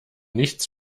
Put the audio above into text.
nichts